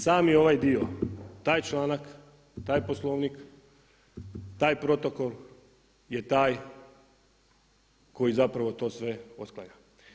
Sami ovaj dio, taj članak, taj Poslovnik, taj protokol je taj koji zapravo to sve otklanja.